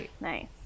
Nice